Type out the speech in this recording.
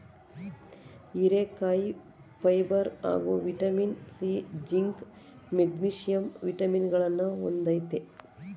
ಹೀರೆಕಾಯಿಲಿ ಫೈಬರ್ ಹಾಗೂ vitamin C, zinc, magnesium ವಿಟಮಿನಗಳನ್ನ ಹೊಂದಯ್ತೆ